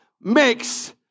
makes